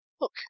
Look